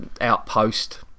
outpost